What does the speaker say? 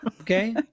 okay